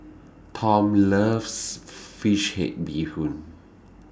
Tom loves Fish Head Bee Hoon